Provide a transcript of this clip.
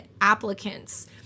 applicants